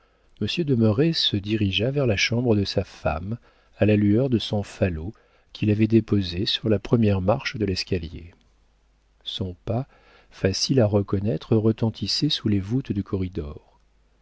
merret se dirigea vers la chambre de sa femme à la lueur de son falot qu'il avait déposé sur la première marche de l'escalier son pas facile à reconnaître retentissait sur les voûtes du corridor